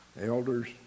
elders